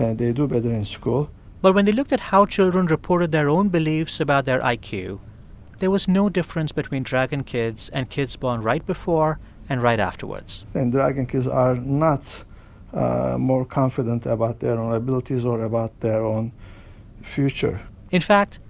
and they do better in school but when they looked at how children reported their own beliefs about their iq, there was no difference between dragon kids and kids born right before and right afterwards and dragon kids are not more confident about their own abilities or about their own future in fact,